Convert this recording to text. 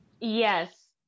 Yes